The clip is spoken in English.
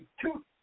two